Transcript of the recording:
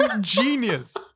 genius